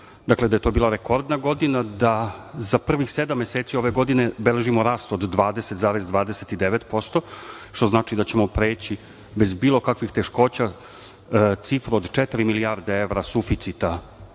evra. To je bila rekordna godina. Za prvih sedam meseci ove godine beležimo rast od 20,29%, što znači da ćemo preći bez bilo kakvih teškoća cifru od četiri milijarde evra suficita